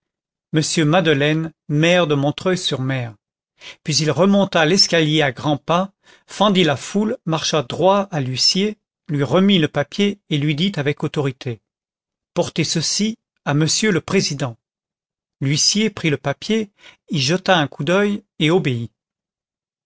m madeleine maire de montreuil sur mer puis il remonta l'escalier à grands pas fendit la foule marcha droit à l'huissier lui remit le papier et lui dit avec autorité portez ceci à monsieur le président l'huissier prit le papier y jeta un coup d'oeil et obéit